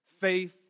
Faith